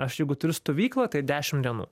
aš jeigu turiu stovyklą tai dešim dienų